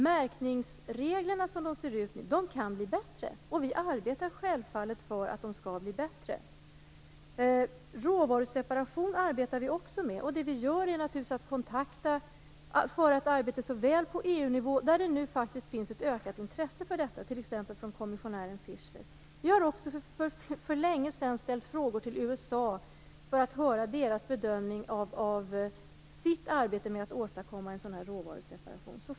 Märkningsreglerna kan bli bättre. Vi arbetar självfallet för att de skall bli bättre. Vi arbetar också med frågan om råvaruseparation. Vi för ett arbete på EU-nivå, där det nu finns ett ökat intresse för detta, t.ex. från kommissionären Fischler. Vi har för länge sedan ställt frågor till USA för att höra deras bedömning för deras arbete med att åstadkomma råvaruseparation.